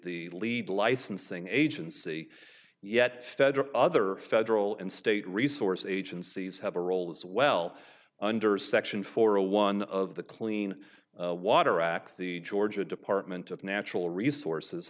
the lead licensing agency yet other federal and state resources agencies have a role as well under section four a one of the clean water act the georgia department of natural resources